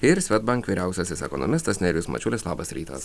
ir svedbank vyriausiasis ekonomistas nerijus mačiulis labas rytas